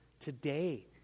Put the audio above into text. today